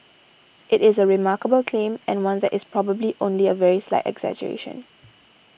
it is a remarkable claim and one that is probably only a very slight exaggeration